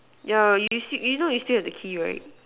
yeah you see you know you still have the key right